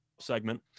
segment